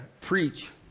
preach